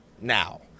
now